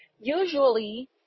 usually